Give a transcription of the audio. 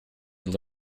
had